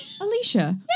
Alicia